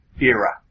era